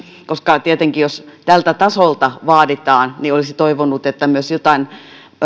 koska tietenkin jos tältä tasolta vaaditaan olisi toivonut että myös jotain